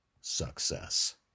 success